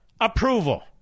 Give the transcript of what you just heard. approval